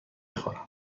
خورم